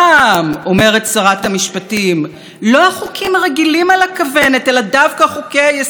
לא החוקים הרגילים על הכוונת אלא דווקא חוקי-היסוד הם שעומדים במוקד,